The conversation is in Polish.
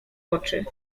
oczy